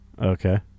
Okay